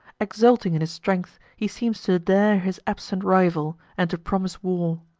exulting in his strength, he seems to dare his absent rival, and to promise war.